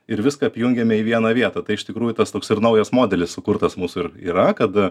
ir viską apjungiame į vieną vietą tai iš tikrųjų tas toks ir naujas modelis sukurtas mūsų ir yra kad